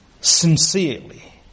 sincerely